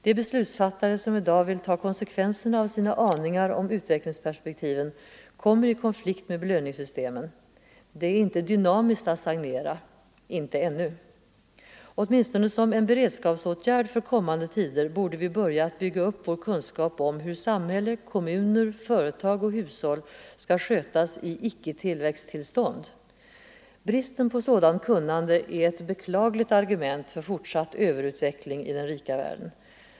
De beslutsfattare, som i dag vill ta konsekvenserna av sina aningar om utvecklingsperspektiven, kommer i konflikt med belöningssystemen. Det är inte dynamiskt att stagnera. Inte ännu. --- Åtminstone som en beredskapsåtgärd för kommande tider borde vi börja att bygga upp vår kunskap om hur samhälle, kommuner, företag och hushåll skall skötas i icke-tillväxt-tillstånd. Bristen på sådant kunnande är ett beklagligt argument för fortsatt överutveckling i den rika världen.